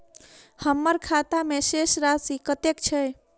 हम्मर खाता मे शेष राशि कतेक छैय?